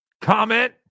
Comment